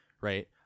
Right